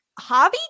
Javi